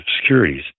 securities